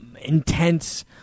intense